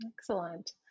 Excellent